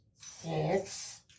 six